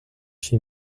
she